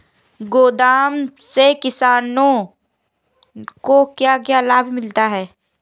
गोदाम से किसानों को क्या क्या लाभ मिलता है?